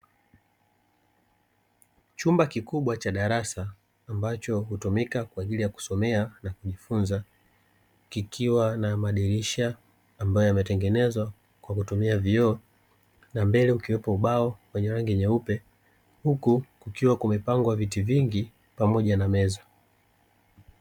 Chumba kikubwa cha darasa ambacho hutumika kwa ajili ya kujisomea na kujifunza, kikiwa na madirisha ambayo yametengenezwa kwa kutumia vioo, na mbele kukiwepo na ubao wenye rangi nyeupe, huku kukiwa kumepangwa viti vingi pamoja na meza.